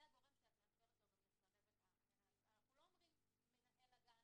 זה הגורם שאת מאפשרת לו גם לסרב --- אנחנו לא אומרים מנהל הגן,